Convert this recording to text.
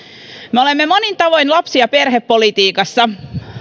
me olemme monin tavoin lapsi ja perhepolitiikassa